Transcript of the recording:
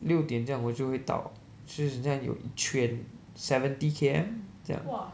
六点这样我就会到就很像有一圈 seventy K_M 这样